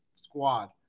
squad